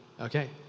Okay